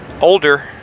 older